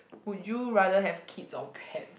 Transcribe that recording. would you rather have kids or pet